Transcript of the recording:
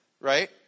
right